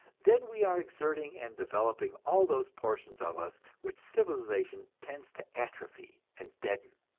then we are exerting and developing all those portions of us which civilization tends to atrophy and deaden.